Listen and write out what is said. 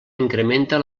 incrementa